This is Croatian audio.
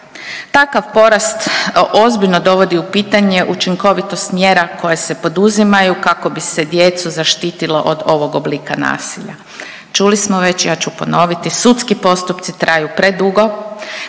Takav porast ozbiljno dovodi u pitanje učinkovitost mjera koje se poduzimaju kako bi se djecu zaštitilo od ovog oblika nasilja. Čuli smo već, ja ću ponoviti, sudski postupci traju predugo,